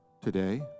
today